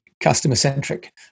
customer-centric